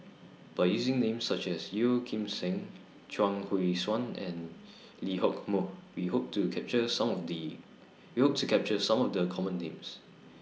By using Names such as Yeo Kim Seng Chuang Hui Tsuan and Lee Hock Moh We Hope to capture Some of The We Hope to capture Some of The Common Names